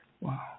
Wow